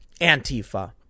Antifa